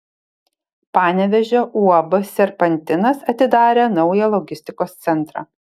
panevėžio uab serpantinas atidarė naują logistikos centrą